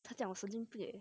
他讲我神经病 eh